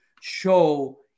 show